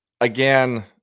again